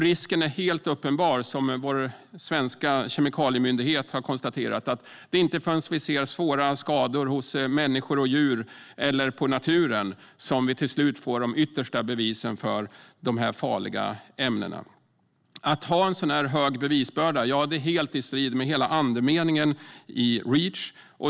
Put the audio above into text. Risken är helt uppenbar, som vår svenska kemikaliemyndighet har konstaterat, att det inte är förrän vi ser svåra skador hos människor och djur eller på naturen som vi till slut får de yttersta bevisen för hur farliga dessa ämnen är. Att ha en så stor bevisbörda är helt i strid med hela andemeningen i Reach.